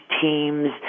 teams